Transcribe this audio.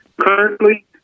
Currently